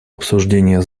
обсуждение